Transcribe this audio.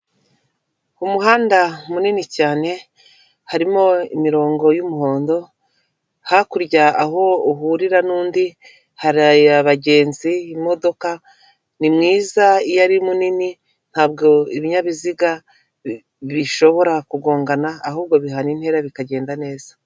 Kumuhanda munini cyane harimo imirongo yumuhondo hakurya aho uhurira nundi hari abagenzi, imodoka ni mwiza iyo ari munini ntabwo ibinyabiziga bishobora kugongana ahubwo bihana intera bikagenda neza.